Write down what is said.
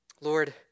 Lord